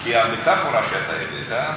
כי המטפורה שאתה הבאת,